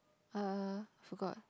uh forgot